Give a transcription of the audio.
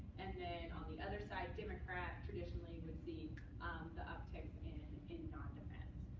and then on the other side democrat traditionally would see the uptick in in non-defense.